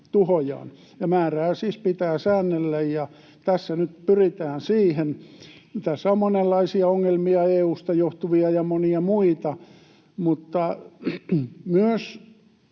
tuhojaan. Määrää siis pitää säännellä, ja tässä nyt pyritään siihen. Tässä on monenlaisia ongelmia, EU:sta johtuvia ja monia muita, mutta myös